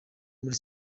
muri